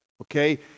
Okay